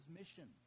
mission